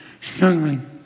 struggling